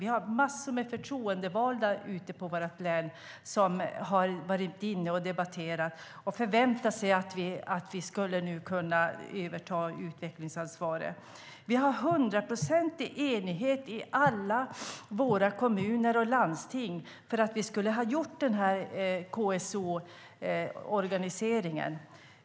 Vi har massor med förtroendevalda ute i vårt län som har varit med och debatterat och som har förväntat sig att vi nu skulle kunna överta utvecklingsansvaret. Vi har hundraprocentig enighet i alla våra kommuner och landsting om att göra denna KSO-organisering.